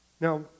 Now